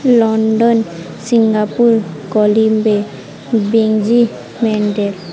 London Singapore Colombo Beijing ମେଣ୍ଡେଡ଼